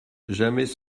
jamais